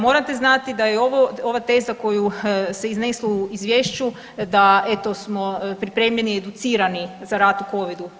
Morate znati da je ovo, ova teza koju se izneslo u Izvješću da eto, smo pripremljeni i educirani za rad u Covidu.